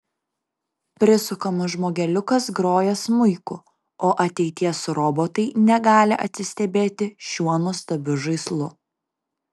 prisukamas žmogeliukas groja smuiku o ateities robotai negali atsistebėti šiuo nuostabiu žaislu